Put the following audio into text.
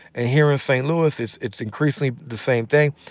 and here in st. louis, it's it's increasingly the same thing.